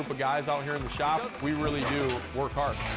but guys out here in the shop, and we really do work hard.